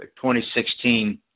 2016